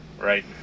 Right